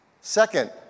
Second